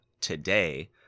today